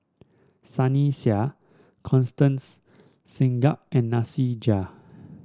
Sunny Sia Constance Singam and Nasir Jalil